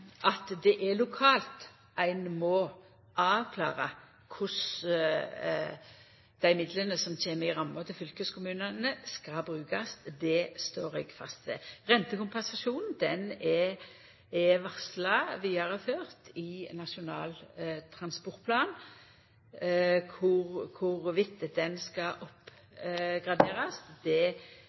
at det er lokalt ein må avklara korleis dei midlane som kjem i rammene til fylkeskommunane, skal brukast, står eg fast ved. Rentekompensasjonen er varsla vidareførd i Nasjonal transportplan. Om han skal oppgraderast, kjem vi tilbake til. Eg registrerer no i budsjettet for 2011 at det